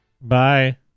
bye